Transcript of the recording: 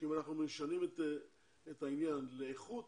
שאם אנחנו משנים את העניין לאיכות